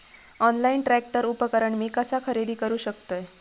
Online tractor उपकरण मी कसा खरेदी करू शकतय?